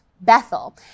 Bethel